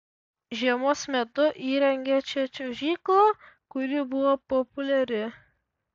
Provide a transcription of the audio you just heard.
žiemos metu įrengė čia čiuožyklą kuri buvo populiari